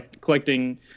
collecting